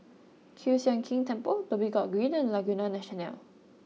Kiew Sian King Temple Dhoby Ghaut Green and Laguna National